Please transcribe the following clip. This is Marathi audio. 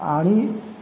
आणि